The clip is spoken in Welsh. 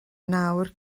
nawr